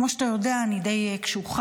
כמו שאתה יודע, אני די קשוחה.